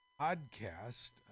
podcast